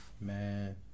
Man